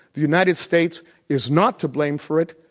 the united states is not to blame for it,